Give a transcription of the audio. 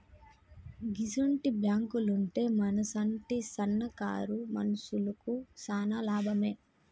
గిసుంటి బాంకులుంటే మనసుంటి సన్నకారు మనుషులకు శాన లాభమే